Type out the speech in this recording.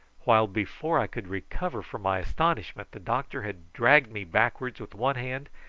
while before i could recover from my astonishment, the doctor had dragged me backwards with one hand,